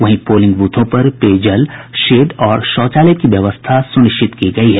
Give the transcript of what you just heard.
वहीं पोलिंग ब्रथों पर पेयजल शेड और शौचालय की व्यवस्था सुनिश्चित की गयी है